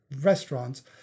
restaurants